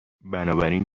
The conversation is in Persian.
بنابراین